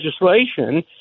legislation